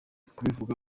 kubivuga